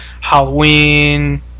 Halloween